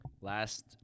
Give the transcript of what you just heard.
Last